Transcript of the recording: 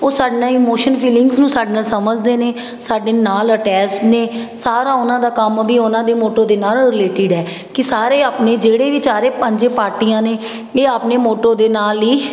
ਉਹ ਸਾਡੇ ਨਾਲ ਇਮੋਸ਼ਨ ਫੀਲਿੰਗਸ ਨੂੰ ਸਾਡੇੇ ਨਾਲ ਸਮਝਦੇ ਨੇ ਸਾਡੇ ਨਾਲ ਅਟੈਚਡ ਨੇ ਸਾਰਾ ਉਹਨਾਂ ਦਾ ਕੰਮ ਵੀ ਉਹਨਾਂ ਦੇ ਮੋਟੋ ਦੇ ਨਾਲ ਰਿਲੇਟਿਡ ਹੈ ਕਿ ਸਾਰੇ ਆਪਣੇ ਜਿਹੜੇ ਵੀ ਚਾਰ ਪੰਜ ਪਾਰਟੀਆਂ ਨੇ ਇਹ ਆਪਣੇ ਮੋਟੋ ਦੇ ਨਾਲ ਹੀ